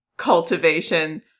cultivation